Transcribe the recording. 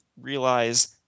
realize